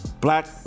black